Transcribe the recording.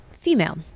female